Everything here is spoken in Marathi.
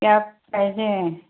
कॅब पाहिजे